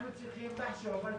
אנחנו צריכים לחשוב על פתרון.